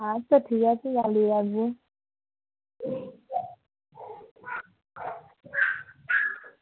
আচ্ছা ঠিক আছে আসব